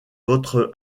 votre